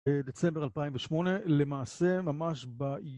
דצמבר 2008, למעשה ממש באי...